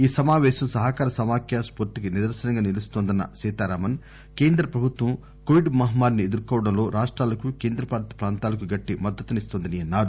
ఈ సమాపేశం సహకార సమాఖ్య స్పూర్తికి నిదర్శనంగా నిలుస్తోందన్న సీతారామన్ కేంద్రప్రభుత్వం కోవిడ్ మహమ్మారిని ఎదుర్కోవడంలో రాష్టాలకు కేంద్రపాలిత ప్రాంతాలకు గట్టి మద్దతునిస్తోందని అన్నారు